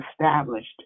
established